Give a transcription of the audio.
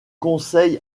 conseil